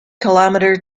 kilometer